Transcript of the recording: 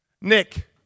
Nick